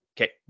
Okay